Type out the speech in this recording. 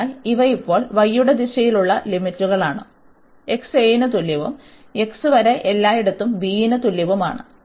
അതിനാൽ ഇവ ഇപ്പോൾ y യുടെ ദിശയിലുള്ള ലിമിറ്റുകളാണ് x a ന് തുല്യവും x വരെ എല്ലായിടത്തും b ന് തുല്യവുമാണ്